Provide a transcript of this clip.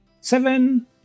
Seven